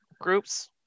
groups